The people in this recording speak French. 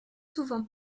souvent